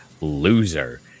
loser